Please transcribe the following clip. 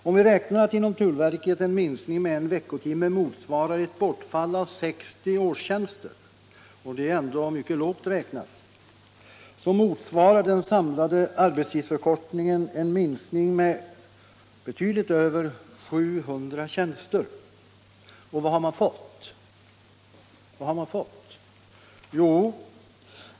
Om vi räknar med att inom verket en minskning med 1 veckotimme motsvarar ett bortfall av 60 årstjänster - och det är ändå mycket lågt räknat — så motsvarar den samlade arbetstidsförkortningen en minskning med betydligt över 700 tjänster. Och vad har man fått?